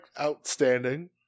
outstanding